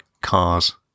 cars